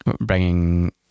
bringing